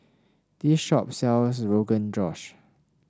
this shop sells Rogan Josh